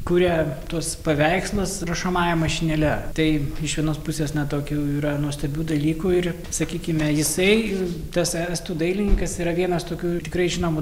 kuria tuos paveikslus rašomąja mašinėle tai iš vienos pusės net tokių yra nuostabių dalykų ir sakykime jisai tas estų dailininkas yra vienas tokių tikrai žinomų